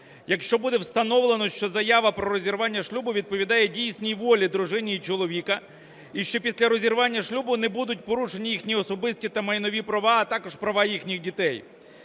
якщо буде встановлено, що заява про розірвання шлюбу відповідає дійсній волі дружини і чоловіка, і що після розірвання шлюбу не будуть порушені їхні особисті та майнові права, а також права їхніх дітей.